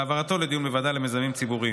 והעברתו לדיון בוועדה למיזמים ציבוריים.